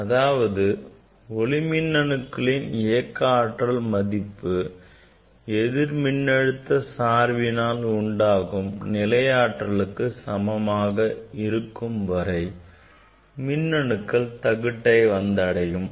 அதாவது மின்னணுக்களின் இயக்க ஆற்றல் மதிப்பு எதிர் மின்னழுத்த சார்பினால் உண்டாகும் நிலை ஆற்றலுக்கு சமமாக இருக்கும் வரை மின்னணுக்கள் தகட்டை வந்தடையும்